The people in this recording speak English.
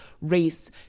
race